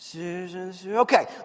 Okay